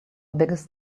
biggest